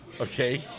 Okay